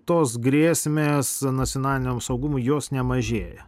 tos grėsmės nacionaliniam saugumui jos nemažėja